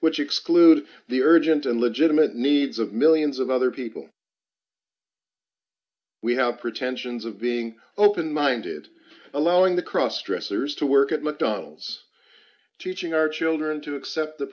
which exclude the urgent and legitimate needs of millions of other people we have pretensions of being open minded allowing the cross dressers to work at mcdonalds teaching our children to accept the